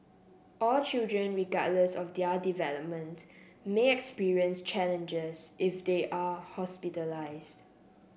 all children regardless of their development may experience challenges if they are hospitalised